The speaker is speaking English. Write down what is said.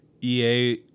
EA